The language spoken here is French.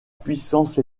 puissance